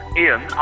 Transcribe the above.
Ian